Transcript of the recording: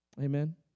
Amen